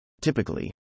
Typically